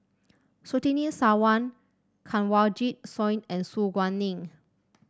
Surtini Sarwan Kanwaljit Soin and Su Guaning